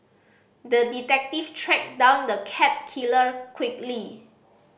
the detective tracked down the cat killer quickly